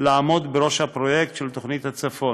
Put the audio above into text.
לעמוד בראש הפרויקט של תוכנית הצפון.